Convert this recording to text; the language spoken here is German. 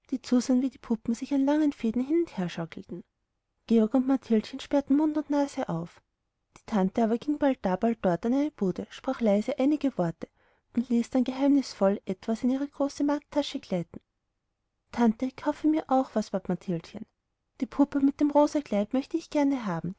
die zusahen wie die puppen sich an langen fäden hin und her schaukelten georg und mathildchen sperrten mund und nase auf die tante aber ging bald da bald dort an eine bude sprach leise einige worte und ließ dann geheimnisvoll etwas in ihre große markttasche gleiten tante kaufe mir auch etwas bat mathildchen die puppe mit dem rosa kleid möchte ich gerne haben